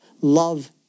Love